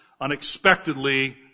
unexpectedly